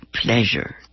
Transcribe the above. Pleasure